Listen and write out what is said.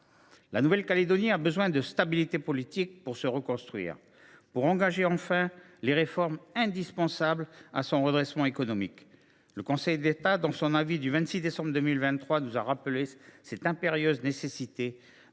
La Nouvelle Calédonie a besoin de stabilité politique pour se reconstruire et pour engager, enfin, les réformes indispensables à son redressement économique. Le Conseil d’État, dans son avis du 26 décembre 2023, nous a rappelé l’impérieuse nécessité